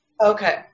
Okay